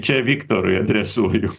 čia viktorui adresuoju